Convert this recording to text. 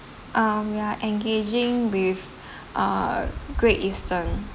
um ya engaging with uh Great Eastern